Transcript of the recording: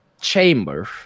chamber